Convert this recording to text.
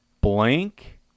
blank